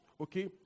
okay